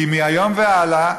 כי מהיום והלאה,